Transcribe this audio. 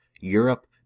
Europe